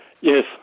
yes